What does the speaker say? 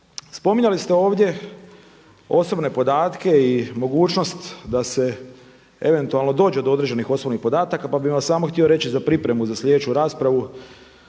Spominjali ste ovdje osobne podatke i mogućnost da se eventualno dođe do određenih osobnih podataka pa bih vam samo htio reći za pripremu za sljedeću raspravu